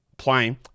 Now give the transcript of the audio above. playing